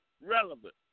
relevant